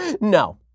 No